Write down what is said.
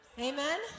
Amen